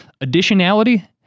Additionality